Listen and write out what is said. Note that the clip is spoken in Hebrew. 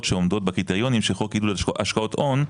שעומדות בקריטריונים של חוק עידוד השקעות הון,